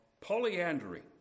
Polyandry